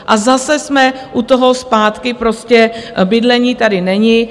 A zase jsme u toho zpátky, prostě bydlení tady není.